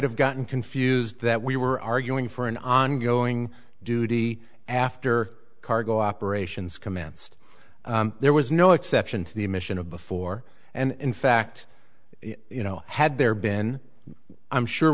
have gotten confused that we were arguing for an ongoing duty after cargo operations commenced there was no exception to the admission of before and in fact you know had there been i'm sure